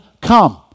come